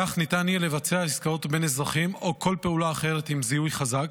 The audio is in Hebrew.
כך ניתן יהיה לבצע עסקאות בין אזרחים או כל פעולה אחרת עם זיהוי חזק,